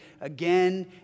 again